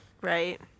right